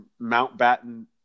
Mountbatten